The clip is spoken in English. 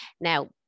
Now